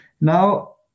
Now